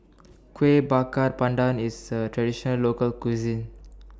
Kueh Bakar Pandan IS A Traditional Local Cuisine